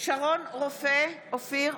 שרון רופא אופיר,